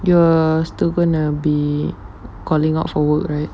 you are still gonna be calling out for work right